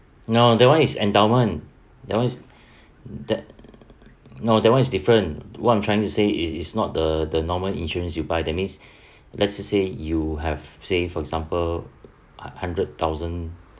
no that [one] is endowment that [one] is that no that [one] is different what I'm trying to say is is not the the normal insurance you buy that means let's us say you have say for example a hundred thousand